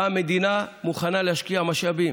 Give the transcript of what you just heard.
באה המדינה, מוכנה להשקיע משאבים,